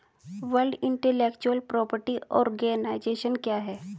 World intellectual property organisation क्या है?